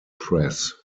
press